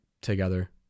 together